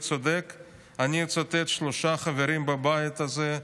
וצודק אני אצטט שלושה חברים בבית הזה,